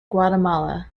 guatemala